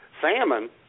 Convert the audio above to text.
salmon